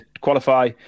qualify